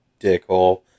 dickhole